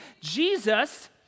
Jesus